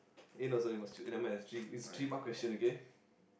eh no sorry must choose eh never mind there's three it's three mark question okay